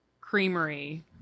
creamery